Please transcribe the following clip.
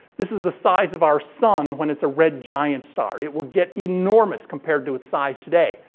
this is the size of our sun when it's a red giant star. it will get enormous compared to its size today.